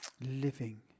Living